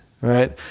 right